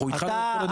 אנחנו איתך כל הדרך.